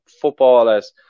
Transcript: footballers